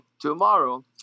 tomorrow